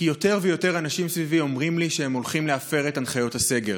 כי יותר ויותר אנשים סביבי אומרים לי שהם הולכים להפר את הנחיות הסגר.